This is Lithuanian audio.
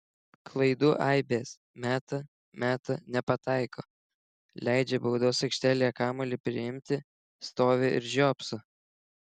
klaidų aibės meta meta nepataiko leidžia baudos aikštelėje kamuolį priimti stovi ir žiopso